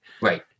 right